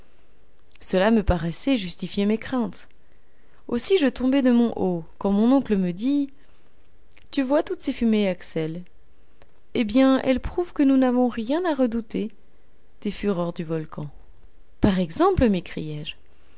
cela me paraissait justifier mes craintes aussi je tombai de mon haut quand mon oncle me dit tu vois toutes ces fumées axel eh bien elles prouvent que nous n'avons rien à redouter des fureurs du volcan par exemple